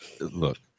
Look